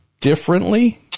differently